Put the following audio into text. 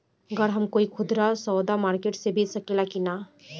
गर हम कोई खुदरा सवदा मारकेट मे बेच सखेला कि न?